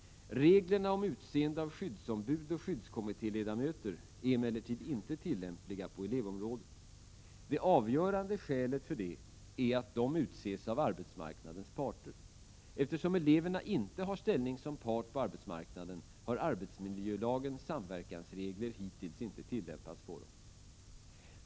Reglerna om utseende av skyddsombud och skyddskommittéledamöter är emellertid inte tillämpliga på elevområdet. Det avgörande skälet härför är att dessa utses av arbetsmarknadens parter. Eftersom eleverna inte har ställning som part på arbetsmarknaden, har arbetsmiljölagens samverkansregler hittills inte tillämpats på dem.